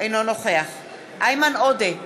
אינו נוכח איימן עודה,